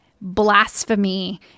blasphemy